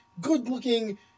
good-looking